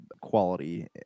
quality